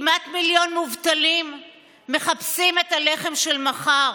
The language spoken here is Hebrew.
כמעט מיליון מובטלים מחפשים את הלחם של מחר.